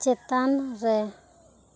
ᱪᱮᱛᱟᱱ ᱨᱮ